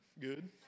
Good